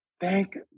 thank